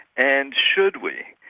and should we?